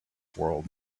world